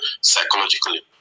psychologically